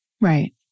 Right